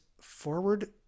forward